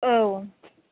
औ